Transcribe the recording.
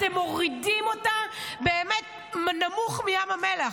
אתם מורידים אותה באמת נמוך מים המלח.